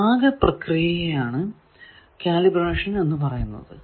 ഈ ആകെ പ്രക്രിയയെയാണ് കാലിബ്രേഷൻ എന്ന് പറയുന്നത്